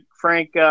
Frank